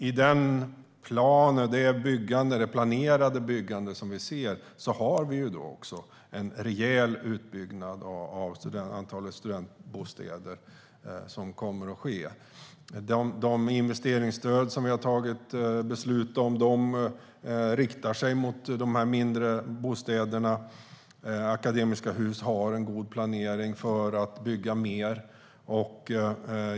I den plan och i det planerade byggande som vi ser har vi också en rejäl utbyggnad av antalet studentbostäder. De investeringsstöd som vi har fattat beslut om riktar sig till de mindre bostäderna. Akademiska Hus har god planering för att bygga mer.